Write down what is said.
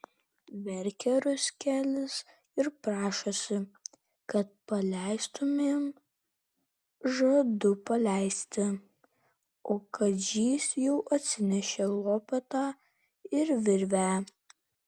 verkia ruskelis ir prašosi kad paleistumėm žadu paleisti o kadžys jau atsinešė lopetą ir virvę